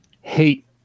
hate